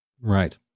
right